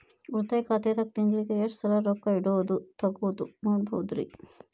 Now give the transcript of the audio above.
ಉಳಿತಾಯ ಖಾತೆದಾಗ ತಿಂಗಳಿಗೆ ಎಷ್ಟ ಸಲ ರೊಕ್ಕ ಇಡೋದು, ತಗ್ಯೊದು ಮಾಡಬಹುದ್ರಿ?